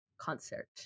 concert